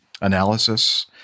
analysis